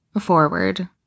forward